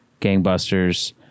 gangbusters